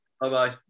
Bye-bye